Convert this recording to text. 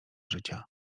życia